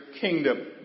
kingdom